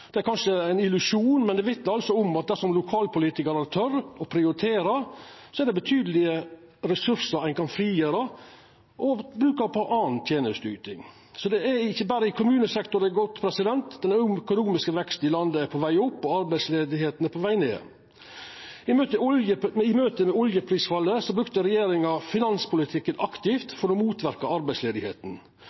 Det er kanskje ein illusjon, men det vitnar altså om at dersom lokalpolitikarar tør å prioritera, er det betydelege ressursar ein kan frigjera og bruka på anna tenesteyting. Det er ikkje berre i kommunesektoren det går godt. Den økonomiske veksten i landet er på veg opp, og arbeidsløysa er på veg ned. I møte med oljeprisfallet brukte regjeringa finanspolitikken aktivt for å motverka